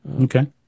Okay